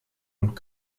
und